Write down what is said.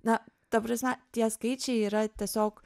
na ta prasme tie skaičiai yra tiesiog